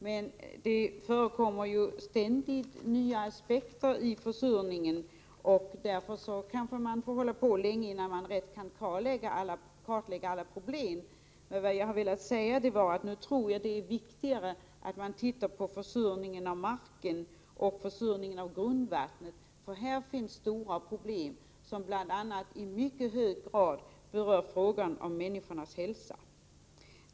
Men det tillkommer ständigt nya aspekter på försurningen, och därför kanske man får hålla på länge innan man rätt kan kartlägga alla problem, och jag tror att det är viktigare att man nu tittar på försurningen av marken och försurningen av grundvattnet, för här finns stora problem som i mycket hög grad berör frågan om människornas hälsa.